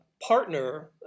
partner